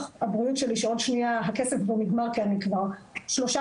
הבריאות הפרטי שלי שתכף הכסף שלי בו נגמר כי כבר שלושה